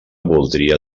voldria